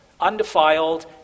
undefiled